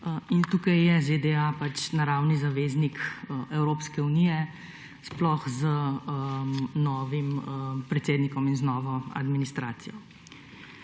Tukaj je ZDA naravni zaveznik Evropske unije, sploh z novim predsednikom in z novo administracijo.